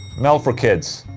metal for kids.